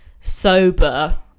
sober